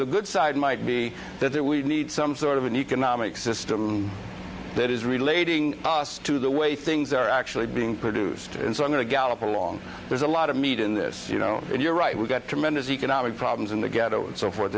the good side might be that we need some sort of an economic system that is relating to the way things are actually being produced and so i'm going to gallop along there's a lot of meat in this you know and you're right we've got tremendous economic problems in the ghetto so for th